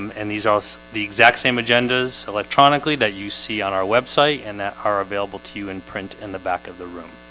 um and these are the exact same agendas electronically that you see on our website and that are available to you in print in the back of the room